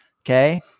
Okay